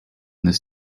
this